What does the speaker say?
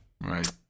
right